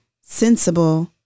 sensible